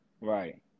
Right